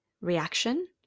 reaction